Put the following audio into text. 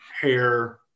hair